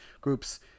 groups